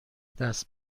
دست